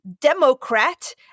Democrat